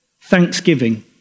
thanksgiving